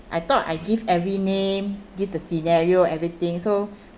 I thought I give every name give the scenario everything so